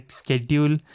schedule